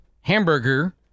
hamburger